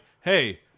hey